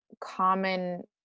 common